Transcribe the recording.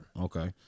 Okay